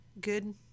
good